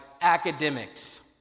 academics